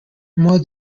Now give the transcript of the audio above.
more